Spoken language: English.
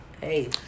Hey